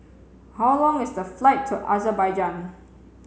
how long is the flight to Azerbaijan